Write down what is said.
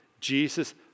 Jesus